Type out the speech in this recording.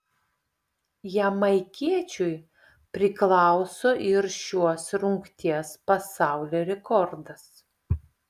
jamaikiečiui priklauso ir šios rungties pasaulio rekordas